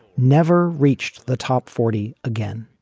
never reached the top forty again.